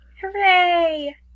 Hooray